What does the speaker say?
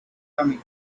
coming